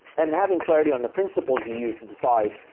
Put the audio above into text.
and having clarity on the principles you used to decide,